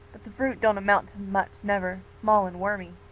but the fruit don't amount to much never small and wormy.